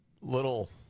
little